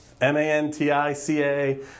M-A-N-T-I-C-A